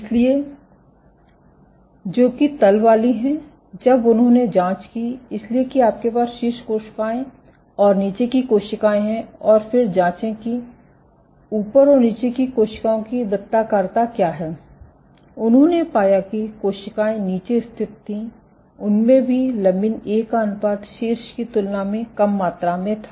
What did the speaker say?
इसलिए जो कि तल वाली हैं जब उन्होंने जांच की इसलिए कि आपके पास शीर्ष कोशिकाएँ और नीचे की कोशिकाएँ हैं और फिर जाँचें कि ऊपर और नीचे की कोशिकाओं की वृत्ताकारता क्या है और उन्होंने पाया कि जो कोशिकाएँ नीचे स्थित थीं उनमें भी लमिन ए का अनुपात शीर्ष की तुलना में कम मात्रा में था